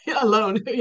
alone